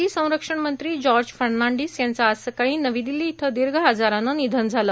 माजी संरक्षण मंत्री जार्ज फर्नांडीस यांचं आज सकाळी नवी दिल्ली इथं दीर्घ आजारानं निधन झालं